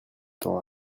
temps